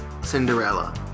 Cinderella